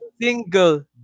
single